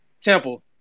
Temple